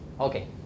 Okay